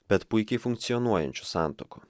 bet puikiai funkcionuojančių santuokų